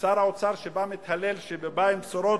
ושר האוצר שבא ומתהלל שהוא בא עם בשורות,